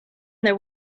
their